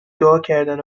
دعاکردن